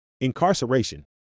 incarceration